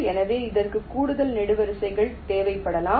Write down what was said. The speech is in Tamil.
எனவே இதற்கு கூடுதல் நெடுவரிசைகள் தேவைப்படலாம்